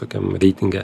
tokiam reitinge